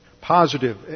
positive